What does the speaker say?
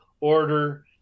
order